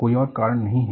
कोई और कारण नहीं है